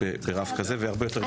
נמצאים ברף כזה, והרבה יותר גבוה.